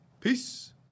Peace